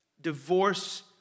divorce